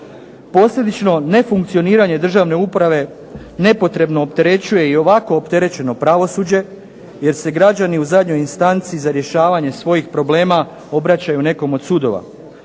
Posredično nefunkcioniranje državne uprave nepotrebno opterećuje i ovako opterećeno pravosuđe jer se građani u zadnjoj instanci za rješavanje svojih problema obraćaju nekom od sudova.